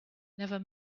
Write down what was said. never